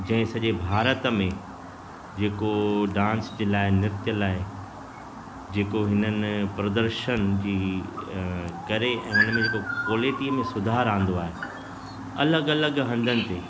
जंहिं सॼे भारत में जेको डांस जे लाइ नृत्य लाइ जेको हिननि प्रदर्शन जी करे ऐं हुनमें जेको कोलेटीअ में सुधारु आंदो आहे अलॻि अलॻि हंदनि ते